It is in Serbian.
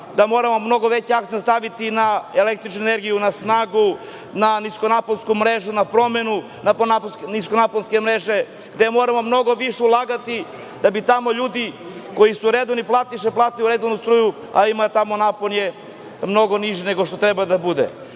da moramo mnogo veći akcenata staviti na električnu energiju, na snagu, na niskonaponsku mrežu, na promenu niskonaponske mreže, gde moramo mnogo više ulagati da bi tamo ljudi koji su redovne platiše platile redovnu struju, ali im je tamo napon mnogo niži nego što treba da